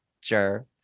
sure